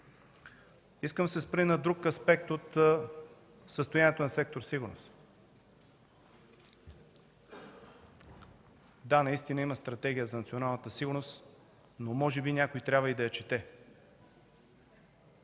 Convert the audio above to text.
Искам да се спра и на друг аспект от състоянието на сектор „Сигурност”. Да, наистина има Стратегия за национална сигурност, но може би някой трябва и да я чете.